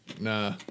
Nah